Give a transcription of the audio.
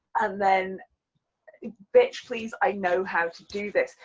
and then bitch please i know how to do this.